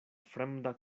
fremda